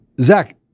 zach